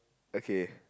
okay